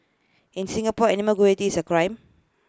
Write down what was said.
in Singapore animal cruelty is A crime